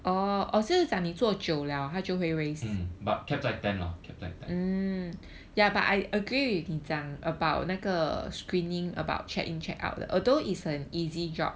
mm but cap 在 ten lah cap 在 ten